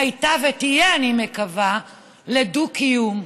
הייתה ותהיה, אני מקווה, לדו-קיום,